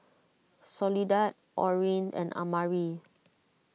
Soledad Orene and Amari